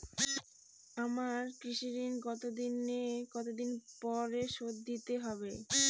আমার কৃষিঋণ কতদিন পরে শোধ দিতে হবে?